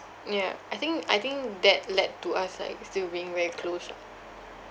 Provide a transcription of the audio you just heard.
ya I think I think that led to us like still being very close ah